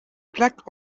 plaques